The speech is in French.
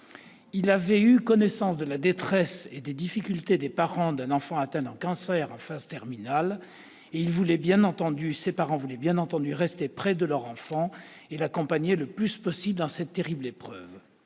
avait eu connaissance de la détresse et des difficultés des parents d'un enfant atteint d'un cancer en phase terminale. Ces parents voulaient, bien entendu, rester près de leur enfant et l'accompagner le plus possible dans cette terrible épreuve.